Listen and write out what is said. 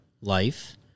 life